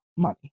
money